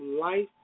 life